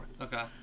Okay